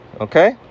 Okay